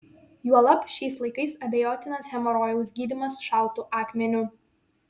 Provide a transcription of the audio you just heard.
juolab šiais laikais abejotinas hemorojaus gydymas šaltu akmeniu